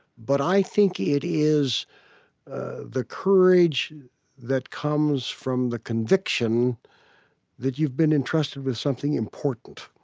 but i think it is the courage that comes from the conviction that you've been entrusted with something important.